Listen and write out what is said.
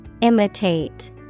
Imitate